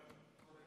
בעד,